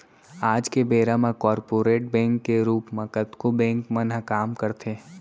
आज के बेरा म कॉरपोरेट बैंक के रूप म कतको बेंक मन ह काम करथे